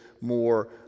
more